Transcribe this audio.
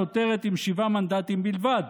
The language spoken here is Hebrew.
נותרת עם שבעה מנדטים בלבד.